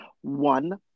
one